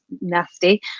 nasty